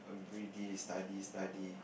everyday study study